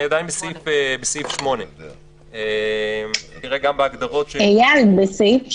אני עדיין בסעיף 8. איל, בסעיף 8,